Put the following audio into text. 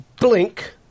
blink